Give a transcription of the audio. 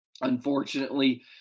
unfortunately